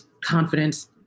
confidence